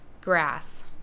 Grass